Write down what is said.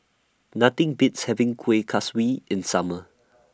Nothing Beats having Kueh Kaswi in Summer